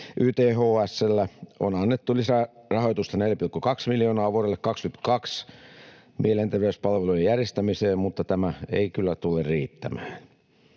YTHS:lle on annettu lisärahoitusta 4,2 miljoonaa vuodelle 22 mielenterveyspalveluiden järjestämiseen, mutta tämä ei kyllä tule riittämään.